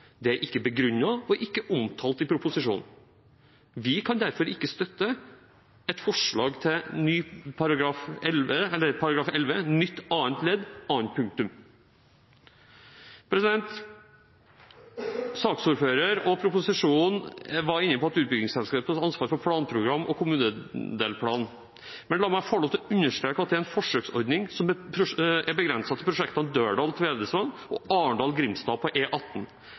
Det er ikke begrunnet og ikke omtalt i proposisjonen. Vi kan derfor ikke støtte et forslag til ny § 11 annet ledd annet punktum. Saksordføreren og proposisjonen var inne på utbyggingsselskapets ansvar for planprogram og kommunedelplan. Men la meg få lov til å understreke at det er en forsøksordning som er begrenset til prosjektene Dørdal–Tvedestrand og Arendal–Grimstad på E18. Det framgår ikke av forslaget til endring i plan- og